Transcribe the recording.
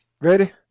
Ready